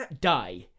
die